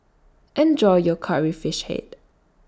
Enjoy your Curry Fish Head